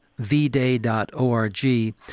vday.org